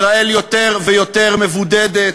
ישראל יותר ויותר מבודדת,